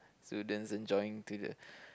students enjoying to the